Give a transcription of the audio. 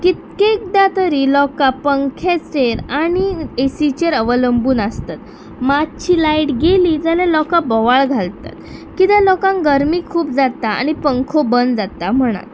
कितकेकदा तरी लोकां पंख्याचेर आनी एसीचेर अवलंबून आसतात मातशी लायट गेली जाल्यार लोकां बोंवाळ घालतात किद्या लोकांक गरमी खूब जाता आनी पंखो बंद जाता म्हणान